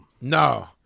No